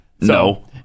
No